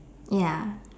ya